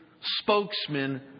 spokesman